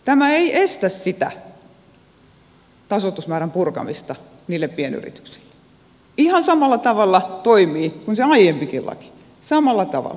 tämä ei estä sitä tasoitusmäärän purkamista niille pienyrityksille ihan samalla tavalla tämä toimii kuin se aiempikin laki samalla tavalla